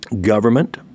government